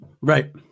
Right